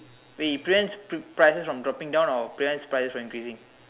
wait it prevents prices from dropping down or prevents prices from increasing